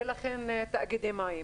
לכן הוקמו תאגידי המים.